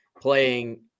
playing